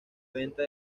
venta